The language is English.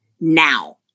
now